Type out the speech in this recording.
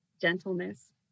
gentleness